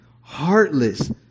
heartless